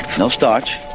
no starch,